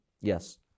Yes